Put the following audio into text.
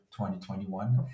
2021